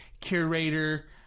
Curator